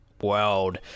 world